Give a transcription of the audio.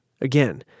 Again